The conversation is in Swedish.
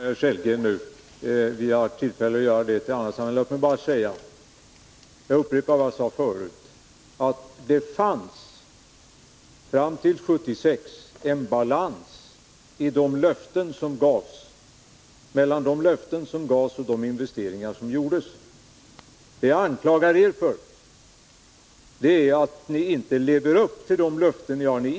Fru talman! Jag skall inte diskutera mera med herr Sellgren nu — vi får tillfälle att göra det i ett annat sammanhang. Låt mig bara upprepa vad jag sade förut, nämligen att det fram till 1976 fanns balans mellan de löften som gavs och de investeringar som gjordes. Det jag anklagar er för är att ni inte lever upp till de löften ni har gett.